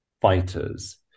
fighters